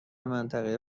منطقه